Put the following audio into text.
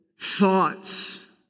thoughts